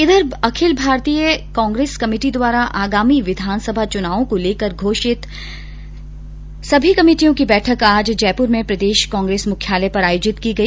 इधर अखिल भारतीय कांग्रेस कमेटी द्वारा आगामी विधानसभा चुनावों को लेकर घोषित सभी कमेटियों की बैठक आज जयपुर में प्रदेश कांग्रेस मुख्यालय पर आयोजित की की गई